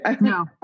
no